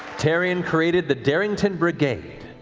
taryon created the darrington brigade,